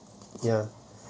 ya